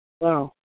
Wow